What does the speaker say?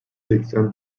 seksen